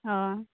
हां